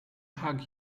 hug